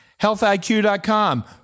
HealthIQ.com